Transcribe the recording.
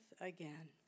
again